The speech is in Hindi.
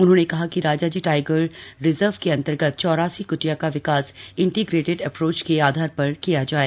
उन्होंने कहा कि राजाजी टाईगर रिजर्व के अंतर्गत चौरासी क्टिया का विकास इंटीग्रेटेड एप्रोच के आधार पर किया जाए